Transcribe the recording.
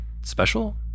special